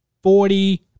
Forty